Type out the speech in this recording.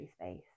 space